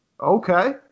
okay